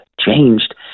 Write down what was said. changed